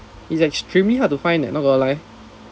it's extremely hard to find leh not gonna lie